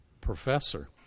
professor